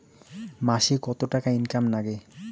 মাসে কত টাকা ইনকাম নাগে?